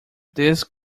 this